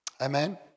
Amen